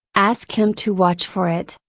ask him to watch for it,